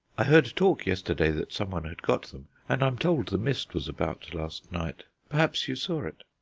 i heard talk yesterday that someone had got them, and i'm told the mist was about last night. perhaps you saw it?